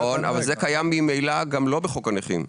נכון, אבל זה קיים ממילא גם לא בחוק הנכים.